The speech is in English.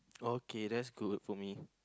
okay that's good for me